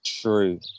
true